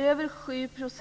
Över 7 %